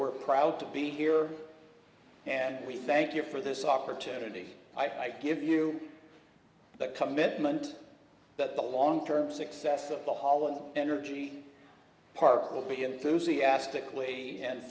we're proud to be here and we thank you for this opportunity i give you the commitment that the long term success of the holland energy park will be enthusiastically and